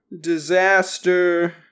disaster